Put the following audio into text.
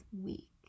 week